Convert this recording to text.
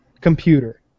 computer